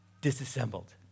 disassembled